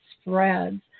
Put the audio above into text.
spreads